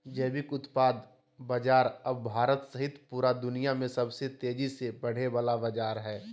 जैविक उत्पाद बाजार अब भारत सहित पूरा दुनिया में सबसे तेजी से बढ़े वला बाजार हइ